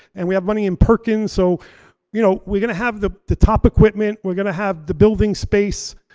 and we have money in parking so you know, we're gonna have the the top equipment, we're gonna have the building space.